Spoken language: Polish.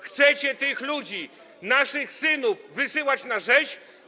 Chcecie tych ludzi, naszych synów wysyłać na rzeź?